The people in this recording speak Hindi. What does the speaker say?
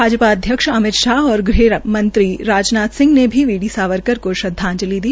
भाजपा अध्यक्ष और गृहमंत्री राजनाथ सिंह ने भी वी डी सावरकर को श्रद्वाजंलि दी